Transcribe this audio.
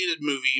movie